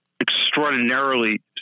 extraordinarily